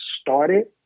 started